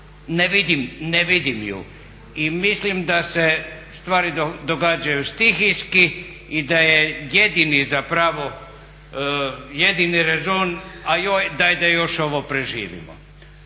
ne vidim je. I mislim da se stvari događaju stihijski i da je jedini zapravo rezon a joj daj da još ovo preživimo.